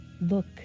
Look